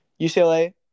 UCLA